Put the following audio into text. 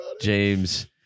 James